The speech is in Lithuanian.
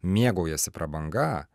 mėgaujasi prabanga